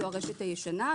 זו הרשת הישנה.